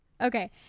Okay